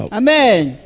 amen